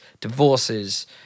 divorces